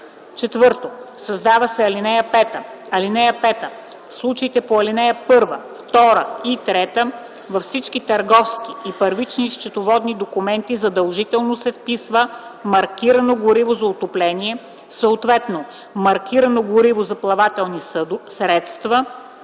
и 3”. 4. Създава се ал. 5: „(5) В случаите по ал. 1, 2 и 3 във всички търговски и първични счетоводни документи задължително се вписва „маркирано гориво за отопление”, съответно „маркирано гориво за плавателни средства”